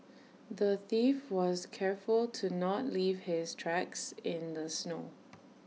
the thief was careful to not leave his tracks in the snow